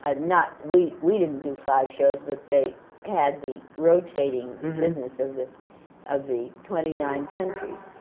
ah not we we didn't do five shows, but they had the rotating business of the of the twenty nine countries.